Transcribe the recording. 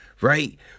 right